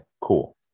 cool